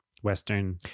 western